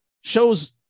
shows